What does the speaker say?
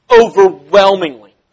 Overwhelmingly